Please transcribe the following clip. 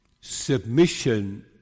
submission